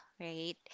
right